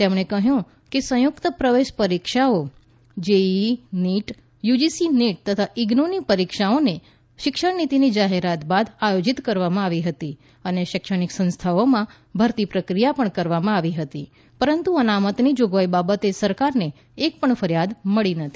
તેમણે કહ્યું કે સંયુક્ત પ્રવેશ પરીક્ષાઓ જેઈઈ નીટ યુજીસી નેટ તથા ઈઝ્નુની પરીક્ષાઓને શિક્ષણ નીતિની જાહેરાત બાદ આયોજિત કરવામાં આવી હતી અને શૈક્ષણિક સંસ્થાઓમાં ભરતીની પ્રક્રિયા પણ કરવામાં આવી હતી પરંતુ અનામતની જોગવાઈ બાબતે સરકારને એક પણ ફરિયાદ મળી નથી